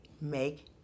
Make